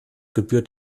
gebührt